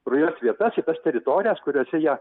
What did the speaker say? rujos vietas į tas teritorijas kuriose jie